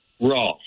RAW